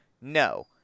No